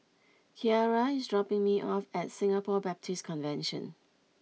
Kyara is dropping me off at Singapore Baptist Convention